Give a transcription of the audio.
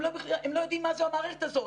הם לא יודעים מה זה המערכת הזאת.